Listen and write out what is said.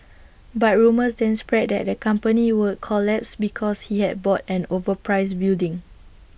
but rumours then spread that the company would collapse because he had bought an overpriced building